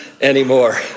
anymore